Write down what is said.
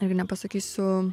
jeigu nepasakysiu